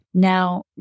Now